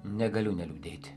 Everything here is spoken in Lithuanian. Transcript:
negaliu neliūdėti